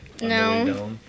No